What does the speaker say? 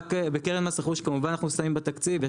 בקרן מס רכוש כמובן אנחנו שמים בתקציב.